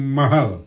mahal